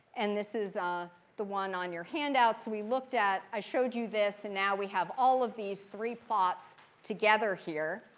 and this is the one on your handouts we looked at. i showed you this. and now we have all of these three plots together here.